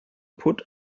put